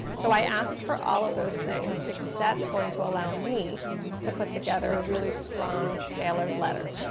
so, i ask for all of those things, because that's going to allow me to put together a really strong, tailored letter.